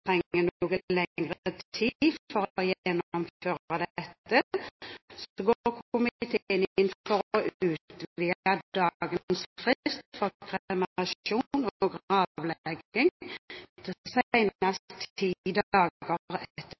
noe lengre tid for å gjennomføre denne, går komiteen inn for å utvide dagens frist for kremasjon og gravlegging